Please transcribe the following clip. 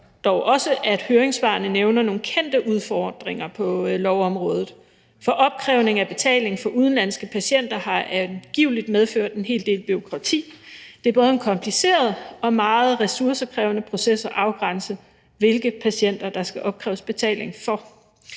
dog også, at høringssvarene nævner nogle kendte udfordringer på lovområdet. For opkrævning af betaling for udenlandske patienter har angiveligt medført en hel del bureaukrati. Det er en både kompliceret og meget ressourcekrævende proces at afgrænse, hvilke patienter der skal opkræves betaling for.